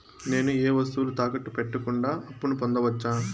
నేను ఏ వస్తువులు తాకట్టు పెట్టకుండా అప్పును పొందవచ్చా?